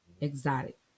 Exotic